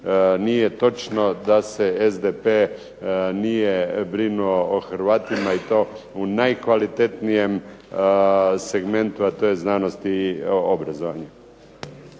nije točno da se SDP nije brinuo o Hrvatima i to u najkvalitetnijem segmentu, a to je znanost i obrazovanje.